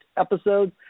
episodes